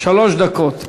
שלוש דקות.